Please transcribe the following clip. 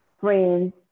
friends